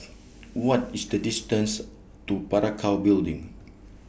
What IS The distance to Parakou Building